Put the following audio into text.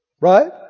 Right